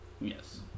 Yes